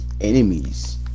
enemies